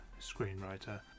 screenwriter